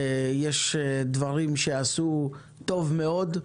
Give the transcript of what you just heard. ויש דברים שעשו טוב מאוד.